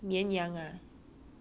绵羊 sheep